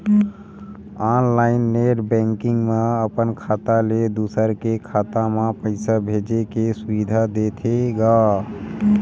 online net banking म अपन खाता ले दूसर के खाता म पइसा भेजे के सुबिधा देथे गा